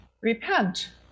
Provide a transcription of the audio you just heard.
Repent